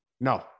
No